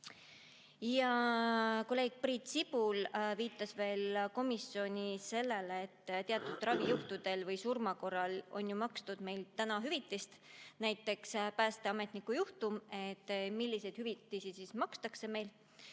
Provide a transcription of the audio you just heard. Kolleeg Priit Sibul viitas komisjonis sellele, et teatud ravijuhtudel või surma korral on ju makstud meil hüvitist, näiteks päästeametniku juhtum, et milliseid hüvitisi meil makstakse.